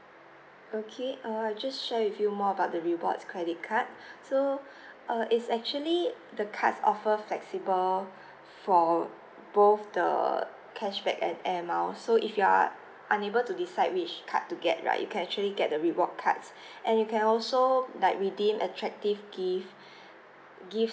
okay err I just share with you more about the rewards credit card so uh it's actually the cards offer flexible for both the cashback and air miles so if you are unable to decide which card to get right you can actually get the reward cards and you can also like redeem attractive gift gifts